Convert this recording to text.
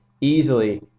easily